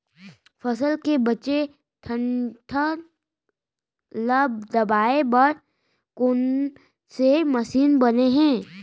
फसल के बचे डंठल ल दबाये बर कोन से मशीन बने हे?